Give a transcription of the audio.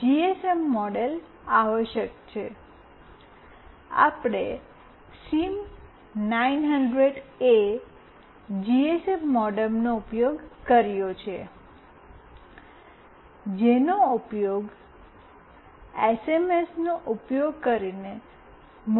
GSM modem આવશ્યક છે આપણે સિમ900એ જીએસએમ મોડેમનો ઉપયોગ કર્યો છે જેનો ઉપયોગ માઇક્રોકન્ટ્રોલર સાથે મોબાઇલ ફોનના એસએમએસનો ઉપયોગ કરીને કૉમ્યુનિકેશન કરવા માટે થાય છે